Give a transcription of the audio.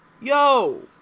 Yo